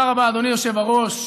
תודה רבה, אדוני היושב-ראש.